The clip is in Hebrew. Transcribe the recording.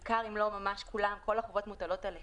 אם לא ממש כולם, מוטלות עליהם.